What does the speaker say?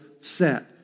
set